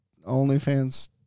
OnlyFans